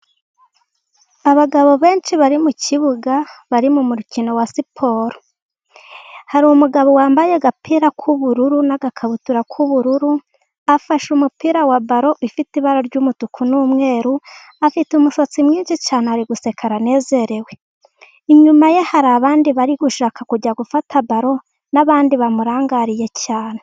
Abagabo benshi bari mu kibuga bari mu mukino wa siporo, hari umugabo wambaye agapira k'ubururu n'agakabutura k'ubururu afashe umupira wa balo ifite ibara ry'umutuku n'umweru . Afite umusatsi mwinshi cyane ari guseka aranezerewe, inyuma ye hari abandi bari gushaka kujya gufata balo , n'abandi bamurangariye cyane.